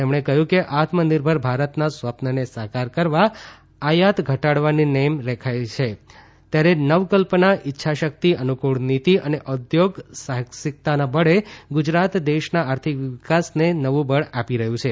તેમણે કહયું કે આત્મનિર્ભર ભારતના સ્વપ્નને સાકાર કરવા આયાત ધટાડવાની નેમ રખાઇ છે ત્યારે નવકલ્પનાઇચ્છાશકિત અનુકૂળ નીતી અને ઉદ્યોગ સાહસીકતાના બળે ગુજરાત દેશના આર્થિક વિકાસને નવુ બળ આપી રહયું છે